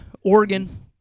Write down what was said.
Oregon